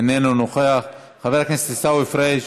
אינו נוכח, חבר הכנסת עיסאווי פריג'